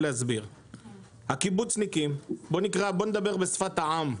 הקיבוצניקים, נדבר בשפת העם,